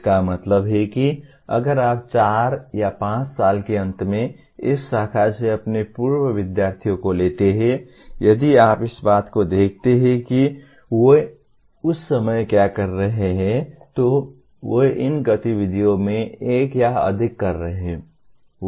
इसका मतलब है कि अगर आप चार या पांच साल के अंत में इस शाखा से अपने पूर्व विद्यार्थियों को लेते हैं यदि आप इस बात को देखते हैं कि वे उस समय क्या कर रहे हैं तो वे इन गतिविधियों में से एक या अधिक कर रहे हैं